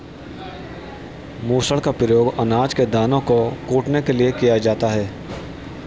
मूसल का प्रयोग अनाज के दानों को कूटने के लिए किया जाता है